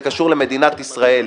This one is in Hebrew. זה קשור למדינת ישראל.